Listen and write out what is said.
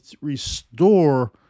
restore